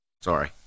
Sorry